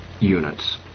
units